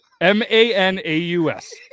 M-A-N-A-U-S